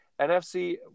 NFC